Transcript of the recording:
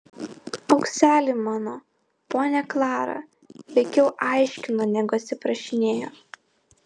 aukseli mano ponia klara veikiau aiškino negu atsiprašinėjo